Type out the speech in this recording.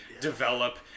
develop